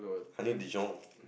honey dijon